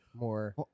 more